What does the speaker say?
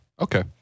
Okay